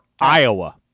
Iowa